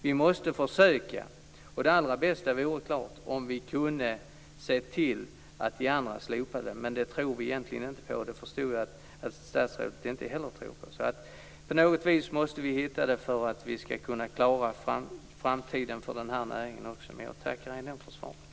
Vi måste försöka. Det allra bästa vore om vi kunde se till att andra länder slopar stödet. Men det tror vi egentligen inte på, och det förstod jag att statsrådet inte heller tror på. På något vis måste vi klara framtiden även för den här näringen. Men jag tackar ändå för svaret.